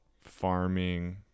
farming